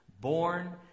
Born